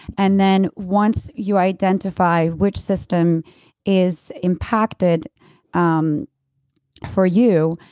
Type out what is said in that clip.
and then, once you identify which system is impacted um for you,